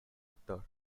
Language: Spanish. actor